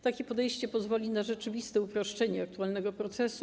Takie podejście pozwoli na rzeczywiste uproszczenie aktualnego procesu.